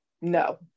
No